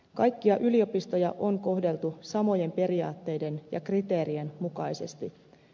kaikkia yliopistoja on kohdeltu samojen periaatteiden ja kriteerien mukaisesti